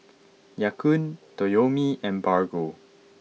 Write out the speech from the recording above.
Ya Kun Toyomi and Bargo